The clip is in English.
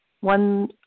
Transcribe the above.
one